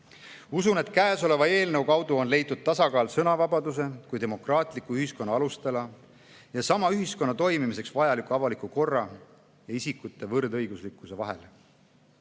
Usun, et käesoleva eelnõu kaudu on leitud tasakaal sõnavabaduse kui demokraatliku ühiskonna alustala ja sellesama ühiskonna toimimiseks vajaliku avaliku korra ja isikute võrdõiguslikkuse vahel.